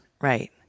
Right